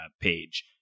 page